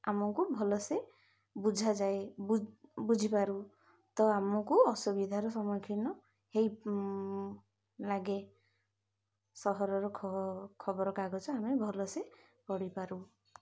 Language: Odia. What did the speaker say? ଆମକୁ ଭଲସେ ବୁଝାଯାଏ ବୁଝିପାରୁ ତ ଆମକୁ ଅସୁବିଧାର ସମ୍ମୁଖୀନ ହେଇ ଲାଗେ ସହରର ଖବରକାଗଜ ଆମେ ଭଲସେ ପଢ଼ିପାରୁ